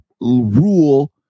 rule